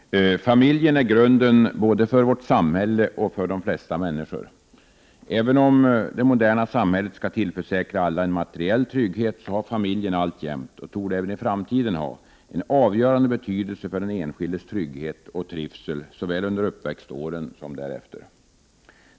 Herr talman! Familjen är grunden både för vårt samhälle och för de flesta människor. Även om det moderna samhället skall tillförsäkra alla en materiell trygghet, har familjen alltjämt — och torde även i framtiden ha — en avgörande betydelse för den enskildes trygghet och trivsel såväl under uppväxtåren som därefter.